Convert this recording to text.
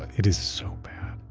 it is so bad.